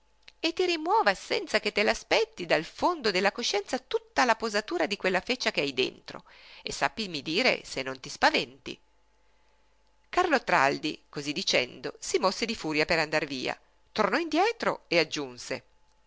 e ti rimuova senza che te l'aspetti dal fondo della coscienza tutta la posatura di quella feccia che hai dentro e sappimi dire se non ti spaventi carlo traldi cosí dicendo si mosse di furia per andar via tornò indietro e aggiunse